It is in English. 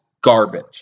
garbage